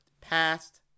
past